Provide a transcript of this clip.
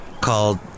called